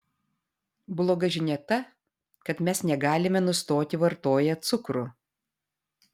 bloga žinia ta kad mes negalime nustoti vartoję cukrų